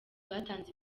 batanze